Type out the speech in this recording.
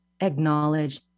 acknowledge